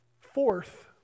Fourth